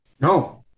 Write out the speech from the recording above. no